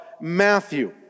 Matthew